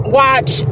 watch